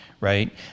right